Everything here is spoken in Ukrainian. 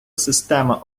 система